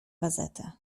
gazetę